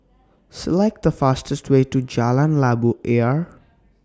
Select The fastest Way to Jalan Labu Ayer